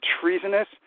treasonous